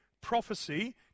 prophecy